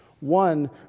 one